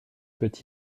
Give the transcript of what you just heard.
peut